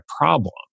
problem